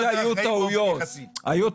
היו טעויות,